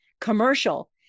commercial